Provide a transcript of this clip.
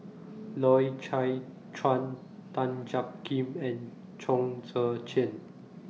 Loy Chye Chuan Tan Jiak Kim and Chong Tze Chien